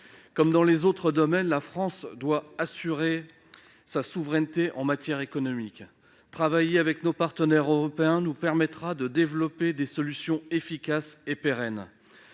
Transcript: Comme dans les autres domaines, la France doit assurer sa souveraineté en matière économique. Travailler avec nos partenaires européens nous permettra de développer des solutions efficaces et pérennes.